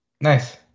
Nice